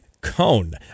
cone